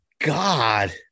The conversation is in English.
God